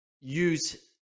use